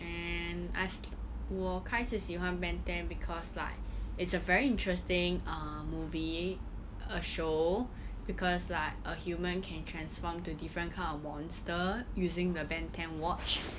and I s~ 我开始喜欢 ben ten because like it's a very interesting err movie uh show because like a human can transform to different kind of monster using the ben ten watch